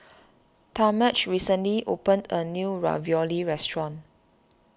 Talmadge recently opened a new Ravioli restaurant